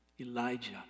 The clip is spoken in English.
Elijah